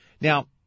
Now